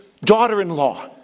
daughter-in-law